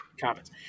comments